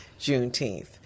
Juneteenth